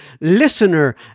listener